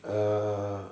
err